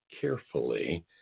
carefully